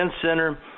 Center